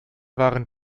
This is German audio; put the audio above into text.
waren